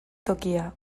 tokia